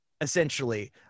essentially